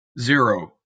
zero